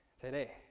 today